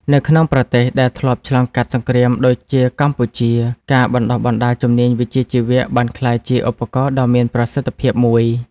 នៅក្នុងប្រទេសដែលធ្លាប់ឆ្លងកាត់សង្គ្រាមដូចជាកម្ពុជា ការបណ្តុះបណ្តាលជំនាញវិជ្ជាជីវៈបានក្លាយជាឧបករណ៍ដ៏មានប្រសិទ្ធភាពមួយ។